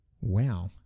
Wow